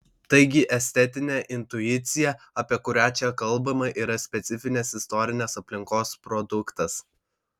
taigi estetinė intuicija apie kurią čia kalbama yra specifinės istorinės aplinkos produktas